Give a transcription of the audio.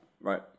Right